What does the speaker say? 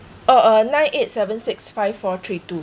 oh uh nine eight seven six five four three two